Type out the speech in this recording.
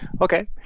Okay